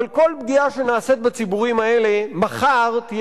אני מוכן לתקן דברים מכאן ועד הודעה חדשה.